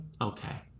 okay